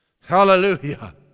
Hallelujah